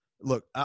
look